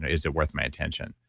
is it worth my attention?